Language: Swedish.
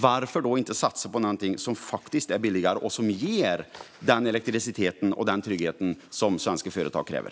Varför då inte satsa på något som faktiskt är billigare och ger den elektricitet och trygghet som svenska företag kräver?